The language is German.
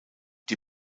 die